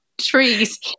trees